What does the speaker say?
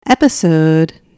episode